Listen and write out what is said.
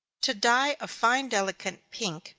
to dye a fine delicate pink,